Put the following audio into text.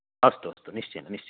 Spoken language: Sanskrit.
अस्तु अस्तु निश्चयेन निश्चयेन